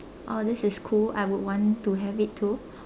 oh this is cool I would want to have it too